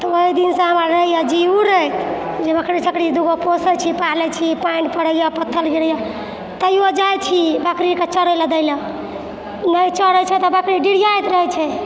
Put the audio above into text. तऽ ओहि दिनसँ हमर जी रहैए उड़ैत जे बकरी छकरी पोसै छी पालै छी पानि पड़ैए पत्थल गिरैए तैयो जाइ छी बकरीकेँ चड़ै ले दै ले नहि चड़ै छै तऽ बकरी डिरियाइत रहै छै